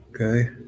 Okay